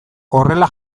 horrela